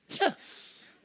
Yes